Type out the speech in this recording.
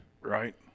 Right